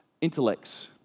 intellects